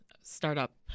startup